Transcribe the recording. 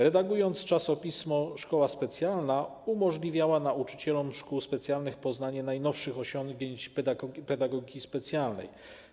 Redagując czasopismo „Szkoła Specjalna”, umożliwiała nauczycielom szkół specjalnych poznanie najnowszych osiągnięć pedagogiki specjalnej.